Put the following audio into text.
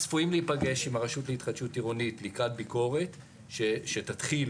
אנחנו צפויים להיפגש עם הרשות להתחדשות עירונית לקראת ביקורת שתתחיל